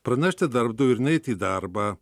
pranešti darbdaviui ir neiti į darbą